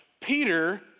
Peter